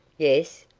yes.